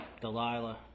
Delilah